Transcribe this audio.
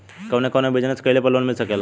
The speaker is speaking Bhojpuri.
कवने कवने बिजनेस कइले पर लोन मिल सकेला?